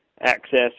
access